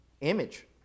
image